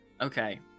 Okay